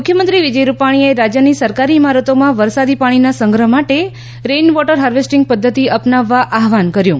મુખ્યમંત્રી વિજય રૂપાણીએ રાજયની સરકારી ઇમારતોમાં વરસાદી પાણીના સંગ્રહ માટે રેઇન વોટર હાર્વેસ્ટીંગ પધ્ધતિ અપનાવવા આહવાન કર્યુ